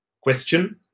question